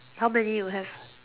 how many you have